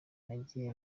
nagiye